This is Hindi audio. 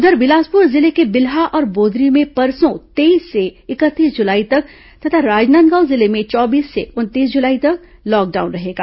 उधर बिलासपुर जिले के बिल्हा और बोदरी में परसों तेईस से इकतीस जुलाई तक तथा राजनांदगांव जिले में चौबीस से उनतीस जुलाई तक लॉकडाउन रहेगा